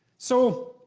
so.